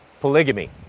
polygamy